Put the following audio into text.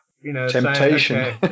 Temptation